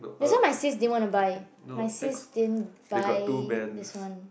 that's why my din wanna buy my sis din buy this one